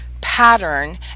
pattern